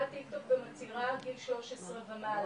גיל 13 ומעלה,